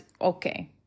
okay